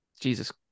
Jesus